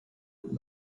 but